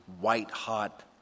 white-hot